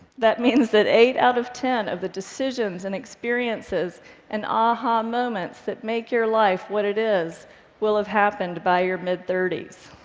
that means that eight out of ten of the decisions and experiences and aha! moments that make your life what it is will have happened by your mid thirty